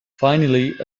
finally